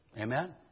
Amen